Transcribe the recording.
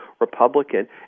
Republican